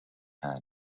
had